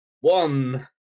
one